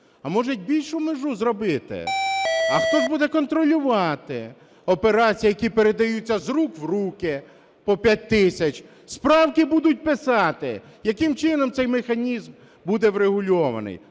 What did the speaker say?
А може більшу межу зробити? А хто ж буде контролювати операції, які передаються з рук в руки по 5 тисяч? Справки будуть писати? Яким чином цей механізм буде врегульований?